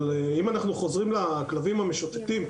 אבל אם אנחנו חוזרים לכלבים המשוטטים,